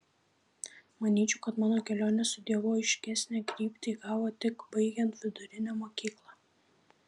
manyčiau kad mano kelionė su dievu aiškesnę kryptį įgavo tik baigiant vidurinę mokyklą